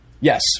Yes